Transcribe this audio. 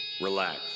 Relax